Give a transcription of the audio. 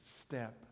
step